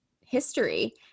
history